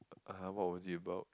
(uh huh) what was it about